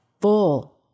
full